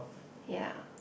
ya